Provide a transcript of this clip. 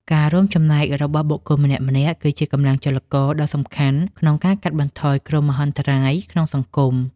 ការរួមចំណែករបស់បុគ្គលម្នាក់ៗ គឺជាកម្លាំងចលករដ៏សំខាន់ក្នុងការកាត់បន្ថយគ្រោះមហន្តរាយក្នុងសង្គម។